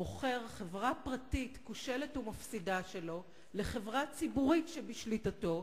מוכר חברה פרטית כושלת ומפסידה שלו לחברה ציבורית שבשליטתו,